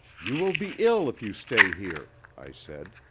you will be ill if you stay here, i said.